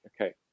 Okay